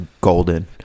golden